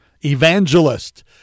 evangelist